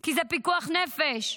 כי זה פיקוח נפש.